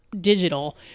digital